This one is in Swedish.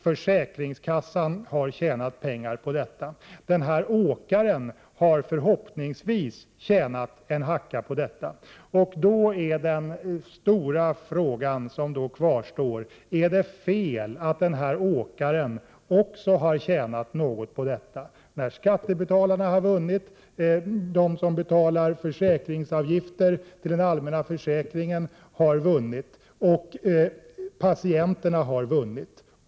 Försäkringskassan har tjänat pengar på detta. Åkaren har förhoppningsvis tjänat en hacka på detta. Då är den stora frågan som kvarstår: Är det fel att också den här åkaren har tjänat något på detta, när skattebetalarna har vunnit, och när patienterna har vunnit?